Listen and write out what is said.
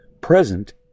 present